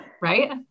right